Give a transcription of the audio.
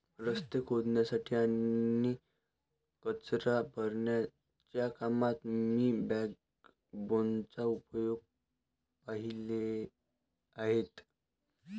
रस्ते खोदण्यासाठी आणि कचरा भरण्याच्या कामात मी बॅकबोनचा उपयोग पाहिले आहेत